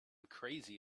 crazy